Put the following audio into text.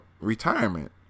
retirement